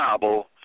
Bible